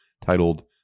titled